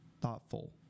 thoughtful